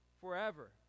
forever